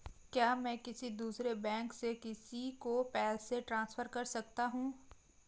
क्या मैं किसी दूसरे बैंक से किसी को पैसे ट्रांसफर कर सकता हूँ?